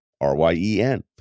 r-y-e-n